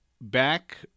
back